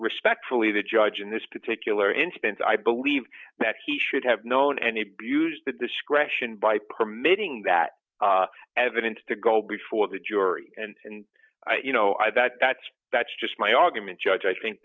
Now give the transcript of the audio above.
respectfully the judge in this particular instance i believe that he should have known and he buz the discretion by permitting that evidence to go before the jury and you know i bet that's that's just my argument judge i think